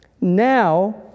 Now